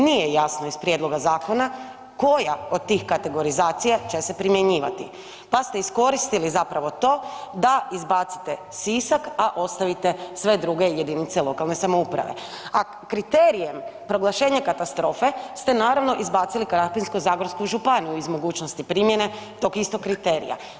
Nije jasno iz prijedloga zakona koja od tih kategorizacija će se primjenjivati, pa ste iskoristili zapravo to da izbacite Sisak, a ostavite sve druge JLS-ove, a kriterijem proglašenje katastrofe ste naravno izbacili Krapinsko-zagorsku županiju iz mogućnosti primjene tog istog kriterija.